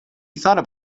thought